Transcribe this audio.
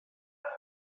kas